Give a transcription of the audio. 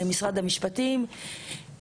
משרד המשפטים,